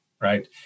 right